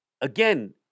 again